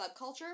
subculture